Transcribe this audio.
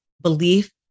belief